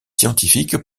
scientifique